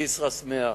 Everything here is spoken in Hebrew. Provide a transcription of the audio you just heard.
כסרא-סמיע,